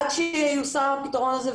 עד שייושם הפתרון הזה,